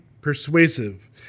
persuasive